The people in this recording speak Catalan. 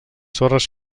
sorres